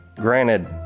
Granted